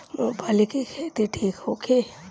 मूँगफली के खेती ठीक होखे?